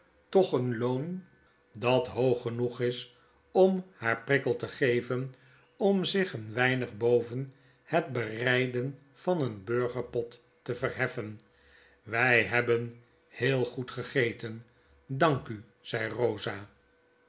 toch een loon dat hoog genoeg is om haar prikkel te geven om zich een weinig boven het bereiden van een burgerpot te verheffen wy hebben heel goed gegeten dank u zei rosa